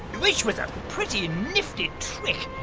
which was a pretty nifty trick,